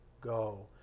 go